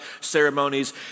ceremonies